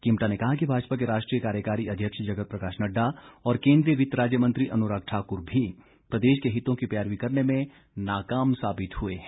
किमटा ने कहा कि भाजपा के राष्ट्रीय कार्यकारी अध्यक्ष जगत प्रकाश नड्डा और केंद्रीय वित्त राज्य मंत्री अनुराग ठाकुर भी प्रदेश के हितों की पैरवी करने में नाकाम साबित हुए है